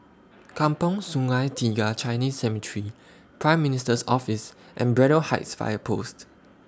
Kampong Sungai Tiga Chinese Cemetery Prime Minister's Office and Braddell Heights Fire Post